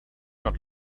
not